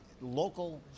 local